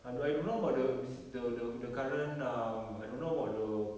!huh! I don't know about the s~ the the the current um I don't know about the